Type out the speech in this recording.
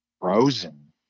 frozen